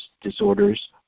disorders